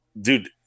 dude